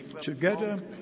together